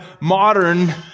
modern